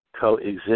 coexist